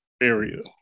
area